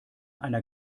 einer